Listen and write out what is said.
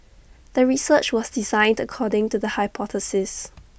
the research was designed according to the hypothesis